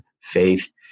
faith